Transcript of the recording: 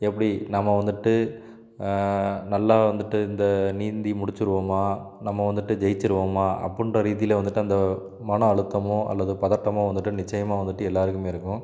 எப்படி நாம வந்துட்டு நல்லா வந்துட்டு இந்த நீந்தி முடிச்சிடுவோமா நம்ம வந்துட்டு ஜெயிச்சிடுவோமா அப்புடின்ற ரீதியில் வந்துட்டு அந்த மன அழுத்தமோ அல்லது பதட்டமோ வந்துட்டு நிச்சயமா வந்துட்டு எல்லாருக்குமே இருக்கும்